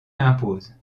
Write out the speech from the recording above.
impose